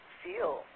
feel